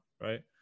right